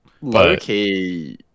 Low-key